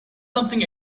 something